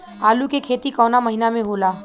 आलू के खेती कवना महीना में होला?